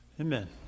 Amen